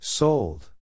Sold